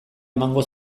emango